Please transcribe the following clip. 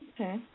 Okay